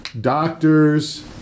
doctors